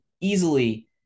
easily